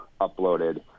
uploaded